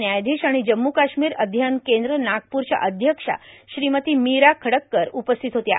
न्यायाधीश आणि जम्मू काश्मीर अध्ययन केंद्र नागपूरच्या अध्यक्ष श्रीमती मीरा खडक्कार उपस्थित होत्या